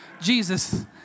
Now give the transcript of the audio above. Jesus